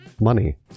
Money